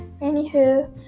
anywho